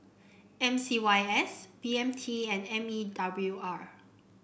M C Y S B M T and M E W R